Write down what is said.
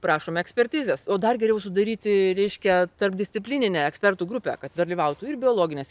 prašome ekspertizės o dar geriau sudaryti reiškia tarpdisciplininę ekspertų grupę kad dalyvautų ir biologinės